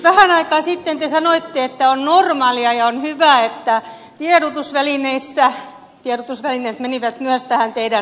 vähän aikaa sitten te sanoitte että on normaalia ja hyvä että tiedotusvälineissä tiedotusvälineet menivät myös tähän teidän